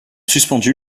suspendus